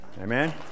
Amen